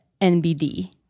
NBD